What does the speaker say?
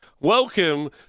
Welcome